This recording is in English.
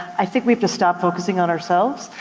i think we have to stop focusing on ourselves.